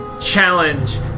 challenge